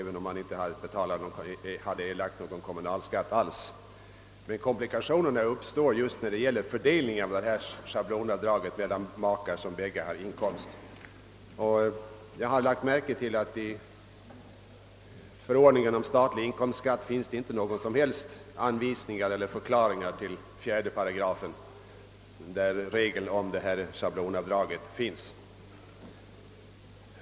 Det gäller dem som inte erlagt någon kommunalskatt alls. Men komplikationer uppstår när det gäller fördelningen av dessa schablonavdrag mellan makar, vilka båda har inkomst. I förordningen om statlig inkomstskatt finns inte några som helst anvisningar eller förklaringar till 48, i vilken regeln om detta schablonavdrag är intagen.